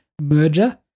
merger